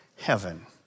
Heaven